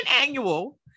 annual